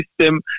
system